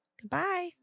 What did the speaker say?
Goodbye